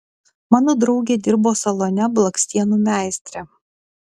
mano draugė dirbo salone blakstienų meistre